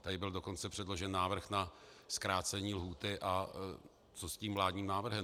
Tady byl dokonce předložen návrh na zkrácení lhůty a co s tím vládním návrhem?